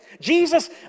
Jesus